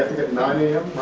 get nine am